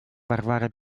варвара